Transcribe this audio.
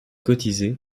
cotisé